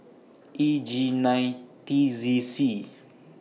E G nine T Z C